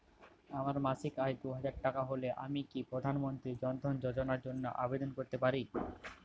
আমার মাসিক আয় দুহাজার টাকা হলে আমি কি প্রধান মন্ত্রী জন ধন যোজনার জন্য আবেদন করতে পারি?